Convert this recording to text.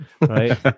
right